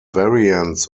variants